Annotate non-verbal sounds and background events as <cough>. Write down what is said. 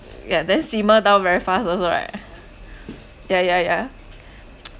ya then simmer down very fast also right ya ya ya <noise>